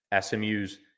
SMU's